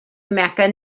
mecca